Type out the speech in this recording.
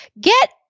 get